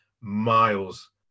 miles